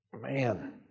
Man